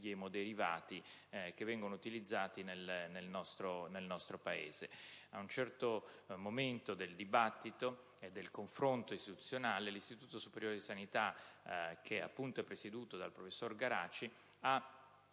emoderivati che vengono utilizzati nel nostro Paese. Ad un certo momento del dibattito e del confronto istituzionale, l'Istituto superiore di sanità che, appunto, è presieduto dal professore Garaci ha